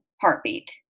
heartbeat